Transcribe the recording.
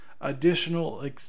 additional